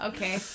Okay